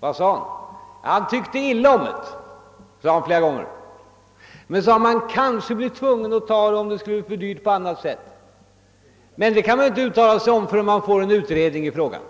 vad sade han? Jo, han tyckte illa om den, och det framhöll han flera gånger. Han sade att man kanske blir tvungen att införa reklam i TV om det blir för dyrt på annat sätt, men härom kan man väl inte uttala sig förrän det kommer till stånd en utredning i frågan.